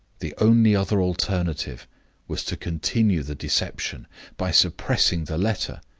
the only other alternative was to continue the deception by suppressing the letter,